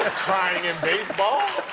ah crying in baseball.